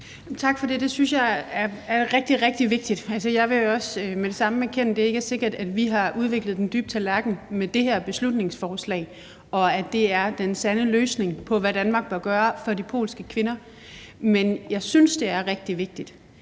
Tak for det. Det synes jeg er rigtig, rigtig vigtigt. Altså, jeg vil også med det samme erkende, at det ikke er sikkert, at vi har udviklet den dybe tallerken med det her beslutningsforslag, og at det er den sande løsning på, hvad Danmark bør gøre for de polske kvinder. Men jeg synes, at det er rigtig vigtigt,